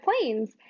planes